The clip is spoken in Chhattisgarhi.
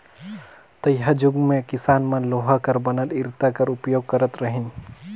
तइहाजुग मे किसान मन लोहा कर बनल इरता कर उपियोग करत रहिन